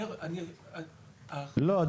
- לא,